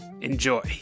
enjoy